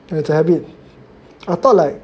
it's a habit I thought like